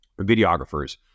videographers